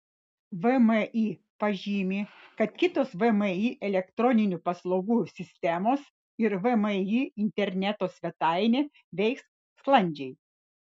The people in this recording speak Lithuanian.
vmi pažymi kad kitos vmi elektroninių paslaugų sistemos ir vmi interneto svetainė veiks sklandžiai